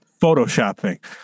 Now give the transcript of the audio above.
Photoshopping